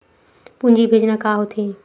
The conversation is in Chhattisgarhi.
पूंजी भेजना का होथे?